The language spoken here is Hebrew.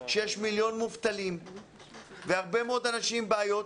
כשיש מיליון מובטלים והרבה מאוד אנשים עם בעיות,